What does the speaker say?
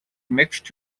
mixed